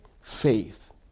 faith